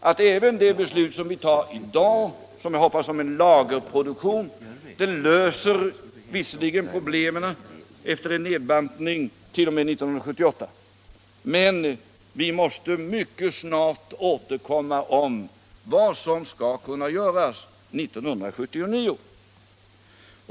att även om det beslut som vi fattar i dag — som jag hoppas — om lagerproduktion visserligen löser problemen efter en nedbantning t.o.m. 1978, måste vi mycket snart återkomma till vad som skall kunna göras 1979.